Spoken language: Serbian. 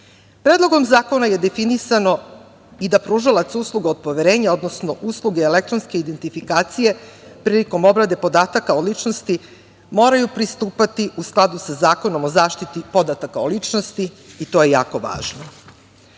zakona je definisano i da pružalac usluga od poverenja, odnosno usluge elektronske identifikacije, prilikom obrade podataka o ličnosti, moraju pristupati u skladu sa Zakonom o zaštiti podataka o ličnosti i to je jako važno. Ono